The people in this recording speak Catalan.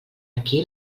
aquí